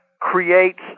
creates